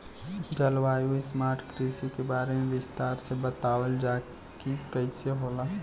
जलवायु स्मार्ट कृषि के बारे में विस्तार से बतावल जाकि कइसे होला?